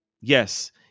Yes